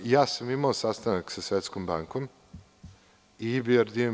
Ja sam imao sastanak sa Svetskom bankom i IBRD.